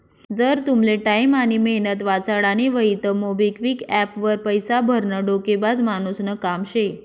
जर तुमले टाईम आनी मेहनत वाचाडानी व्हयी तं मोबिक्विक एप्प वर पैसा भरनं डोकेबाज मानुसनं काम शे